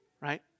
right